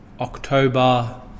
October